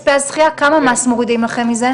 כמה מס מורידים לכם מזה?